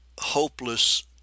hopeless